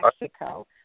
Mexico